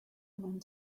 want